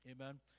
Amen